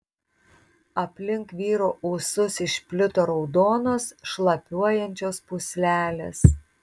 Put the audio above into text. aplink vyro ūsus išplito raudonos šlapiuojančios pūslelės